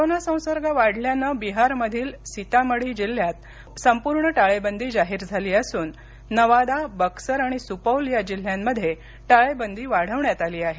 corona संसर्ग वाढल्यानं बिहारमधील सीतामढी जिल्हयात संपूर्ण टाळेबंदी जाहीर झाली असून नवादा बक्सर आणि सुपौल या जिल्ह्यांमध्ये टाळेबंदी वाढवण्यात आली आहे